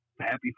Happy